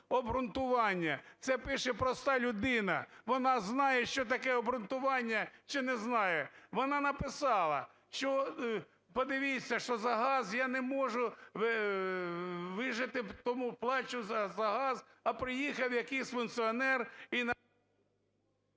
обґрунтування? Це пише проста людина, вона знає, що таке обґрунтування, чи не знає. Вона написала, подивіться, що за газ, я не можу вижити, тому плачу за газ, а приїхав якийсь функціонер…